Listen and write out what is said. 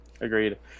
Agreed